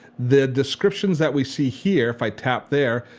the descriptions that we see here if i tap there,